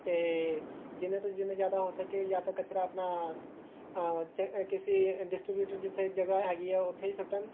ਅਤੇ ਜਿਹਨਾਂ ਤੋਂ ਜਿੰਨੇ ਜ਼ਿਆਦਾ ਹੋ ਸਕੇ ਜਾਂ ਤਾਂ ਕਚਰਾ ਆਪਣਾ ਕਿਸੀ ਡਿਸਟਰੀਬਿਊਟਰ ਜਿੱਥੇ ਜਗ੍ਹਾ ਹੈਗੀ ਆ ਉੱਥੇ ਹੀ ਸੁੱਟਣ